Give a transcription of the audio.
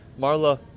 Marla